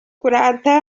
kurata